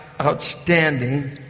outstanding